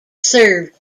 served